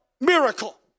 miracle